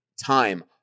Time